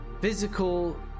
physical